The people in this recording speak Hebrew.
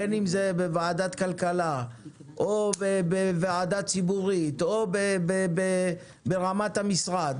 בין אם בוועדת הכלכלה ובין אם בוועדה ציבורית או ברמת המשרד,